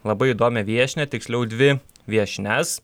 labai įdomią viešnią tiksliau dvi viešnias